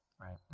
Right